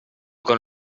con